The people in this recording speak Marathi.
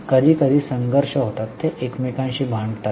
कधीकधी संघर्ष होतात ते एकमेकांशी भांडतात